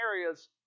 areas